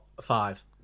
five